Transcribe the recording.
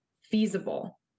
feasible